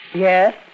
Yes